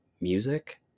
music